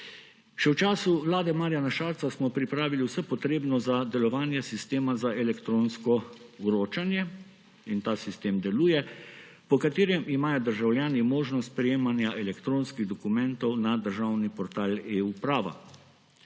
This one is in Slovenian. Še v času vlade Marjana Šarca smo pripravili vse potrebno za delovanje sistema za elektronsko vročanje – in ta sistem deluje –, po katerem imajo državljani možnost prejemanja elektronskih dokumentov na državni portal eUprava.